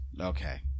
okay